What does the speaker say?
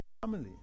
family